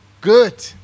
good